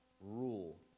rule